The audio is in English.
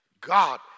God